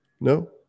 No